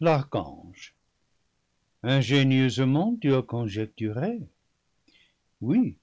l'archange ingénieusement tu as conjecturé oui